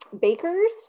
bakers